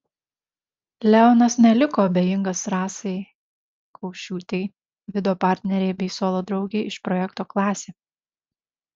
leonas neliko abejingas rasai kaušiūtei vido partnerei bei suolo draugei iš projekto klasė